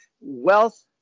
wealth